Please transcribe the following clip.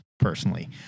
Personally